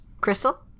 Crystal